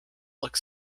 look